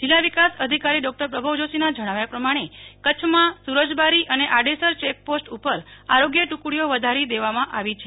જિલ્લા વિકાસ અધિકારી પ્રભવ જોશીના જણાવ્યા પ્રમાણે કચ્છમાં સુરજબારી અને આડેસર ચેકપોસ્ટ ઉપર આરોગ્ય ટુકડીઓ વધારી દેવામાં આવી છે